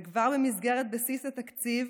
וכבר במסגרת בסיס התקציב